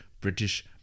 British